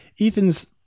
Ethan's